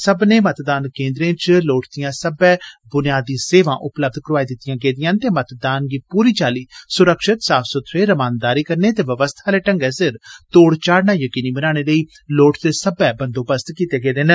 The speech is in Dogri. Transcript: सब्बने मतदान केन्द्रें च लोड़चदियां सब्बै ब्नियादी सेवां उपलब्ध कराई गेदियां न ते मतदान गी पूरी चाली सुरक्षित साफ सुथरे रमानदारी कन्नै ते व्यवस्था आले ढंगै सिर तोड़ चाढ़ना यकीनी बनाने लेई लोड़चदे सब्बै बंदोबस्त कीते गेदे न